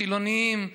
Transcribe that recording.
חילונים,